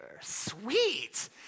Sweet